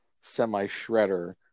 semi-shredder